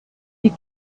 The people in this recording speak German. die